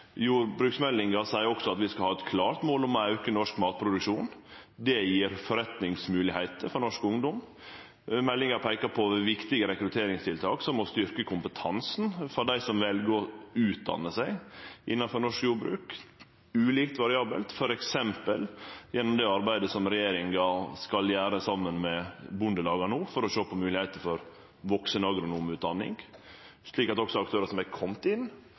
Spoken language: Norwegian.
Jordbruksmeldinga seier også at vi skal ha eit klart mål om å auke norsk matproduksjon. Det gjev forretningsmoglegheiter for norsk ungdom. Meldinga peiker på viktige rekrutteringstiltak som å styrkje kompetansen for dei som vel å utdanne seg innanfor norsk jordbruk, ulikt, variabelt, f. eks. gjennom det arbeidet som regjeringa skal gjere saman med bondelaga no for å sjå på moglegheita for vaksenagronomutdanning, slik at også aktørar som er komne inn,